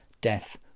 Death